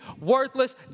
worthless